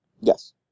Yes